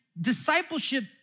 discipleship